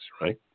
right